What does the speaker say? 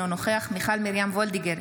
אינו נוכח מיכל מרים וולדיגר,